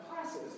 classes